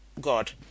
God